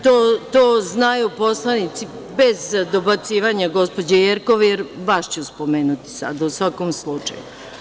To znaju poslanici, bez dobacivanja gospođo Jerkov, jer vas ću spomenuti sada u svakom slučaju.